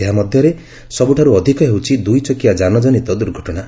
ଏହା ମଧ୍ୟରେ ସବୁଠାରୁ ଅଧିକ ହେଉଛି ଦୁଇଚକିଆ ଯାନ କନିତ ଦୁର୍ଘଟଣା